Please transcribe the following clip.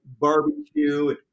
barbecue